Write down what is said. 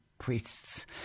priests